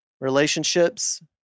relationships